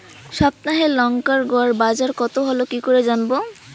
সপ্তাহে লংকার গড় বাজার কতো হলো কীকরে জানবো?